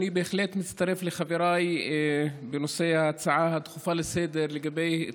אני בהחלט מצטרף לחבריי בנושא ההצעה הדחופה לסדר-היום,